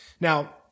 Now